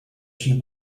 she